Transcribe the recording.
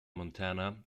montana